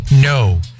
no